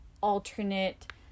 alternate